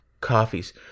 coffees